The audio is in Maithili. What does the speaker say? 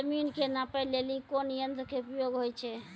जमीन के नापै लेली कोन यंत्र के उपयोग होय छै?